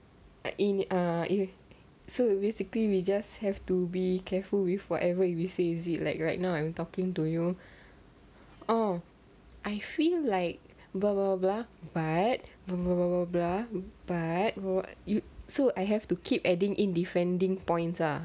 like in ah if so basically we just have to be careful with whatever we say is it like right now I'm talking to you oh I feel like blah blah blah but blah blah but blah blah so I have to keep adding in defending points lah